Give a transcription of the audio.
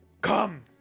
Come